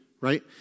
right